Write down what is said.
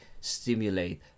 stimulate